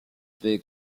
peut